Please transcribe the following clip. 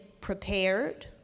prepared